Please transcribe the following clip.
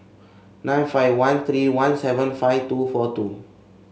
nine five one three one seven five two four two